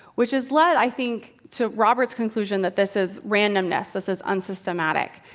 which has led, i think, to robert's conclusion that this is randomness this is unsystematic.